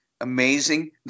Amazing